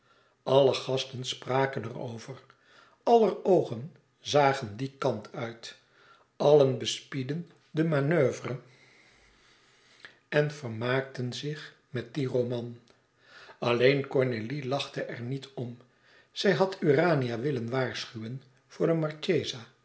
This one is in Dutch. alle gasten spraken er over aller oogen zagen die kant uit allen bespiedden de manoeuvre en vermaakten zich met dien roman alleen cornélie lachtte er niet om zij had urania willen waarschuwen voor de